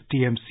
TMC